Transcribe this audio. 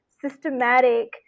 systematic